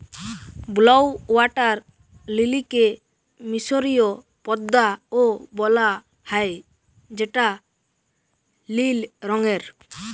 blue water লিলিকে মিসরীয় পদ্দা ও বলা হ্যয় যেটা লিল রঙের